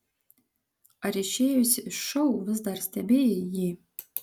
ar išėjusi iš šou vis dar stebėjai jį